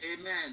Amen